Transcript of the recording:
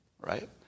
right